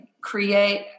create